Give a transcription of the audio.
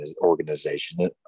organization